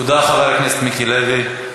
תודה, חבר הכנסת מיקי לוי.